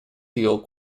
healed